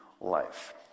life